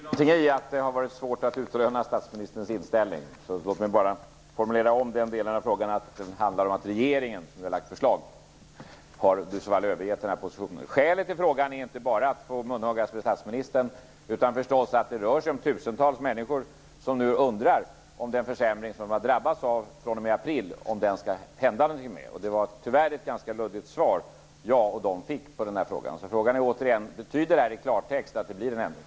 Fru talman! Det ligger väl något i att det har varit svårt att utröna statsministerns inställning, så jag får väl formulera om den delen av frågan. Det handlar tydligen om att regeringen, som ju lagt fram förslaget, i så fall har övergett den här positionen. Skälet till frågan är inte bara att få munhuggas med statsministern utan också, förstås, att det rör sig om tusentals människor som nu undrar om det skall hända något med den försämring som de drabbas av sedan april. Tyvärr var det ett ganska luddigt svar som jag och berörda fick på frågan. Frågan är återigen: Betyder det här i klartext att det blir en ändring?